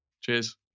Cheers